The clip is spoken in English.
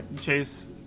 Chase